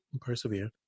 persevere